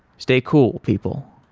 stay cool, people.